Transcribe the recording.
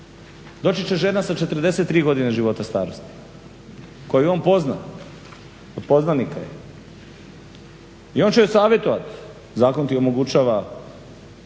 doći će žena sa 43 godine života starosti koju on pozna, od poznanika je, i on će joj savjetovati zakon ti omogućava